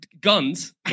guns